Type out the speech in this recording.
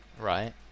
Right